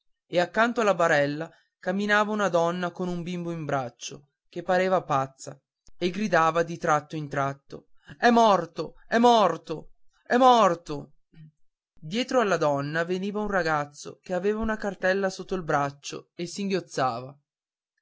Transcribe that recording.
e accanto alla barella camminava una donna con un bimbo in braccio che pareva pazza e gridava di tratto in tratto è morto è morto è morto dietro alla donna veniva un ragazzo che aveva la cartella sotto il braccio e singhiozzava